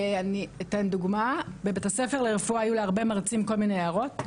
אני אתן דוגמה: בבית ספר לרפואה היו להרבה מרצים כל מיני הערות,